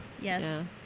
Yes